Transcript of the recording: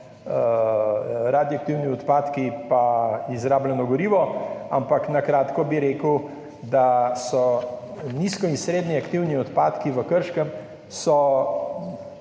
radioaktivni odpadki pa izrabljeno gorivo. Na kratko bi rekel, da so nizko in srednje radioaktivni odpadki v Krškem